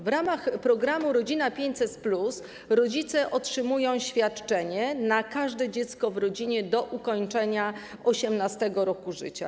W ramach programu „Rodzina 500+” rodzice otrzymują świadczenie na każde dziecko w rodzinie do ukończenia przez nie 18. roku życia.